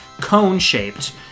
cone-shaped